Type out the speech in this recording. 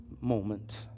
moment